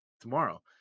tomorrow